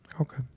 Okay